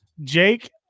Jake